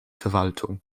verwaltung